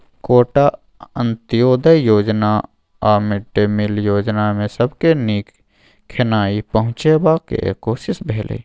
quota, अंत्योदय योजना आ मिड डे मिल योजनामे सबके नीक खेनाइ पहुँचेबाक कोशिश भेलै